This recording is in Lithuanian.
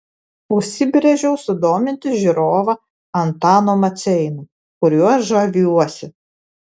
užsibrėžiau sudominti žiūrovą antanu maceina kuriuo žaviuosi